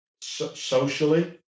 socially